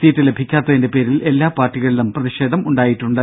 seat ലഭിക്കാത്തതിന്റെ പേരിൽ എല്ലാ പാർട്ടികളിലും പ്രതിഷേധം ഉണ്ടായിട്ടുണ്ട്